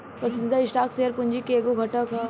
पसंदीदा stock share पूंजी के एगो घटक ह